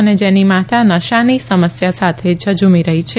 અને જેની માતા નશાની સમસ્યા સાથે જઝ્રમી રહી છે